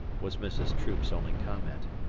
was mrs. troop's only comment,